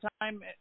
time